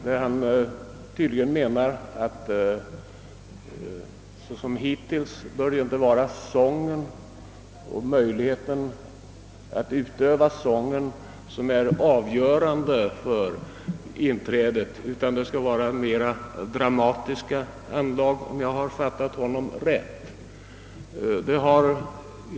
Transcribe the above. Han menar tydligen att det inte är sången som skall vara avgörande för inträdet. Om jag har fattat utredningsmannen rätt, skall dramatiska anlag väga tyngst.